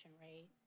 rate